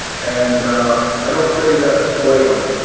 and i don't say that lightly.